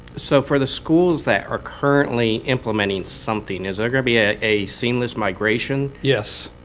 so for the schools that are currently implementing something, is there going to be ah a seamless migration yes.